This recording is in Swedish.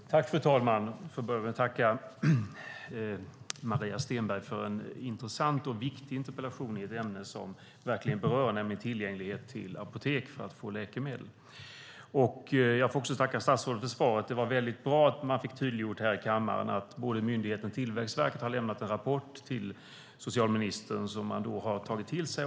Fru talman! Jag får börja med att tacka Maria Stenberg för en intressant och viktig interpellation i ett ämne som verkligen berör, nämligen tillgänglighet till apotek för att få läkemedel. Jag får även tacka statsrådet för svaret. Det var bra att vi i kammaren fick tydliggjort att myndigheten Tillväxtverket har lämnat en rapport till socialministern, som han tagit till sig.